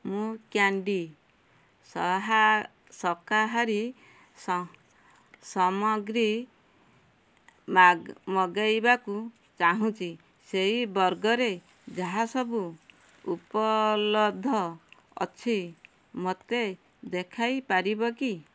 ମୁଁ କ୍ୟାଣ୍ଡି ଶହା ଶକାହାରୀ ସ ସାମଗ୍ରୀ ମାଗ ମଗେଇବାକୁ ଚାହୁଁଛି ସେଇ ବର୍ଗରେ ଯାହା ସବୁ ଉପଲବ୍ଧ ଅଛି ମୋତେ ଦେଖାଇପାରିବ କି